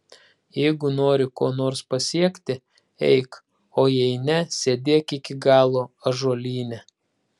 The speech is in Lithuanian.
jeigu nori ko nors pasiekti eik o jei ne sėdėk iki galo ąžuolyne